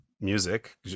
music